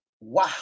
wow